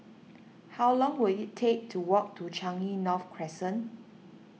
how long will it take to walk to Changi North Crescent